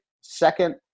Second